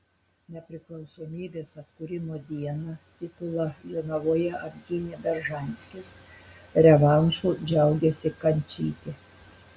nepriklausomybės atkūrimo dieną titulą jonavoje apgynė beržanskis revanšu džiaugėsi kančytė